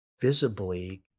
visibly